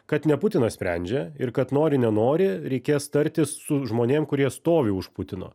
kad ne putinas sprendžia ir kad nori nenori reikės tartis su žmonėm kurie stovi už putino